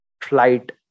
flight